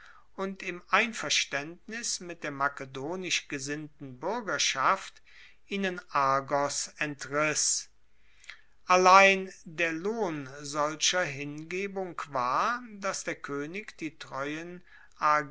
und im einverstaendnis mit der makedonisch gesinnten buergerschaft ihnen argos entriss allein der lohn solcher hingebung war dass der koenig die treuen